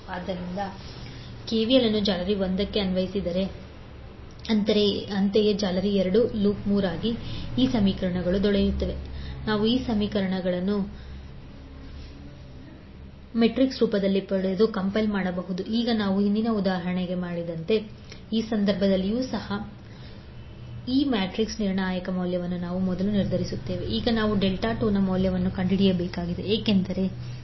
ಆದ್ದರಿಂದ ನೀವು ಕೆವಿಎಲ್ ಅನ್ನು ಜಾಲರಿ 1 ಗೆ ಅನ್ವಯಿಸಿದರೆ 8j10 j2I1 j2I2 j10I30 ಅಂತೆಯೇ ಜಾಲರಿ 2 ಗಾಗಿ 4 j2 j2I2 j2I1 I320∠90°0 loop 3 ಗಾಗಿ I35 ಆದ್ದರಿಂದ ನೀವು ಸರಳೀಕರಿಸಿದಾಗ ನೀವು ಪಡೆಯುತ್ತೀರಿ 8j8I1j2I2j50 j2I14 j4I2 j20 j10 ಈಗ ಮತ್ತೆ ನಾವು ಏನು ಮಾಡಬಹುದು ನಾವು ಈ 2 ಸಮೀಕರಣಗಳನ್ನು ಮ್ಯಾಟ್ರಿಕ್ಸ್ ರೂಪದಲ್ಲಿ ಕಂಪೈಲ್ ಮಾಡಬಹುದು j50 j30 8j8 j2 j2 4 j4 I1 I2 ಈಗ ನಾವು ಹಿಂದಿನ ಉದಾಹರಣೆಯಲ್ಲಿ ಮಾಡಿದಂತೆ ಈ ಸಂದರ್ಭದಲ್ಲಿಯೂ ಸಹ ಈ ಮ್ಯಾಟ್ರಿಕ್ಸ್ನ ನಿರ್ಣಾಯಕ ಮೌಲ್ಯವನ್ನು ನಾವು ಮೊದಲು ನಿರ್ಧರಿಸುತ್ತೇವೆ ∆8j8 j2 j2 4 j4 68 ಈಗ ನಾವು ∆2 ನ ಮೌಲ್ಯವನ್ನು ಕಂಡುಹಿಡಿಯಬೇಕಾಗಿದೆ ಏಕೆಂದರೆ ನಾನು 2